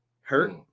Hurt